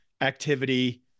activity